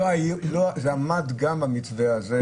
זה עמד גם במתווה הזה.